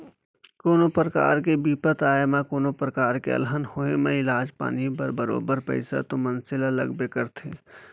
कोनो परकार के बिपत आए म कोनों प्रकार के अलहन होय म इलाज पानी बर बरोबर पइसा तो मनसे ल लगबे करथे